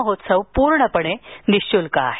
महोत्सव पूर्णपणे विनाशुल्क आहे